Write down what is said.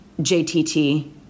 JTT